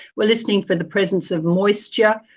we are listening for the presence of moisture,